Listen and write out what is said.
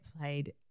played